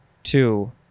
Two